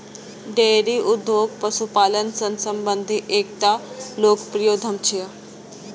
dairy उद्योग पशुपालन सं संबंधित एकटा लोकप्रिय उद्यम छियै